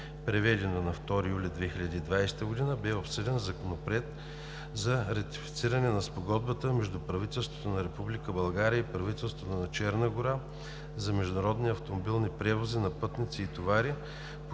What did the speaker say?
проведено на 2 юли 2020 г., бе обсъден Законопроект за ратифициране на Спогодбата между правителството на Република България и правителството на Черна гора за международни автомобилни превози на пътници и товари,